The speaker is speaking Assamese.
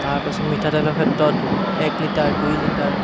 তাৰপাছত মিঠাতেলৰ ক্ষেত্ৰত এক লিটাৰ দুই লিটাৰ